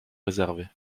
réservés